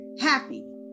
happy